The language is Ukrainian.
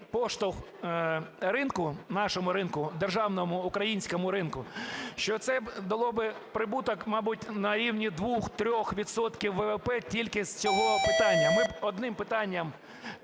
поштовх ринку, нашому ринку, державному, українському ринку, що це дало би прибуток, мабуть, на рівні 2-3 відсотків ВВП тільки з цього питання. Ми б одним питанням